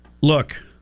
Look